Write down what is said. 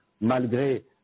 malgré